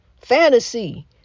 fantasy